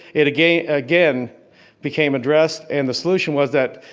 it again again became addressed, and the solution was that,